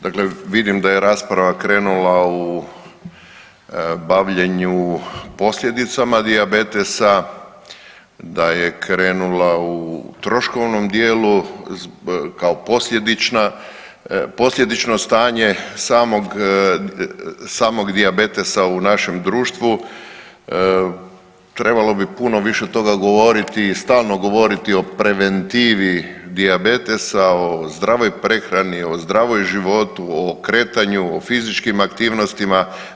Dakle, vidim da je rasprava krenula u bavljenju posljedicama dijabetesa, da je krenula u troškovnom dijelu kao posljedična posljedično stanje samog dijabetesa u našem društvu trebalo bi puno više toga govoriti i stalno govoriti o preventivi dijabetesa, o zdravoj prehrani, o zdravom životu, o kretanju, o fizičkim aktivnostima.